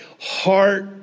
heart